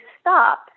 stop